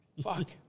Fuck